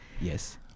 Yes